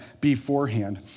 beforehand